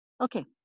okay